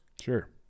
Sure